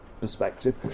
perspective